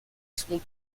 son